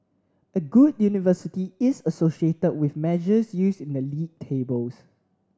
a good university is associated with measures used in the league tables